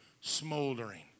smoldering